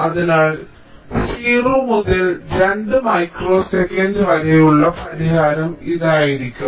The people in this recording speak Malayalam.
അതിനാൽ 0 മുതൽ 2 മൈക്രോ സെക്കൻഡ് വരെയുള്ള പരിഹാരം ഇതായിരിക്കും